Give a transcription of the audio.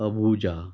Abuja